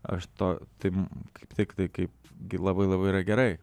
aš to taip kaip tiktai kaip gi labai labai yra gerai